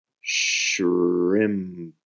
shrimp